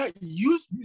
use